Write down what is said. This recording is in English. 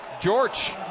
George